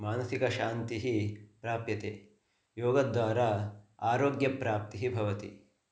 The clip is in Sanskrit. मानसिकशान्तिः प्राप्यते योगद्वारा आरोग्यप्राप्तिः भवति